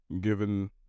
given